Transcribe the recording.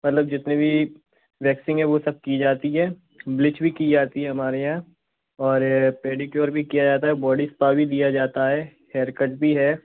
मतलब जितनी भी वैक्सिंग है वह सब की जाती है ब्लीच भी की जाती है हमारे यहाँ और पैडीक्योर भी किया जाता है बॉडी स्पा भी दिया जाता है हेयरकट भी है